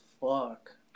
fuck